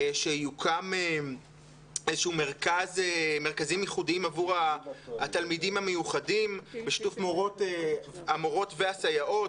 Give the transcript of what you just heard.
שיוקמו מרכזים ייחודיים עבור התלמידים המיוחדים בשילוב המורות והסייעות.